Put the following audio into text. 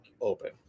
open